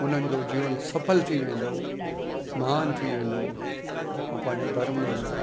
उन्हनि जो जीवन सफ़िलो थी वेंदो महान थी वेंदो ऐं पंहिंजो धर्म बि